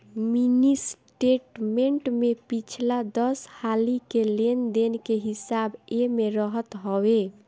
mini statement में पिछला दस हाली के लेन देन के हिसाब एमे रहत हवे